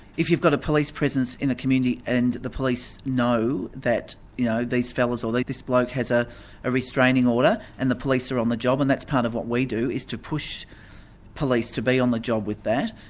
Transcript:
if you've got a police presence in the community and the police know that you know these fellows or like this bloke has ah a restraining order and the police are on the job and that's part of what we do, is to push police to be on the job with that,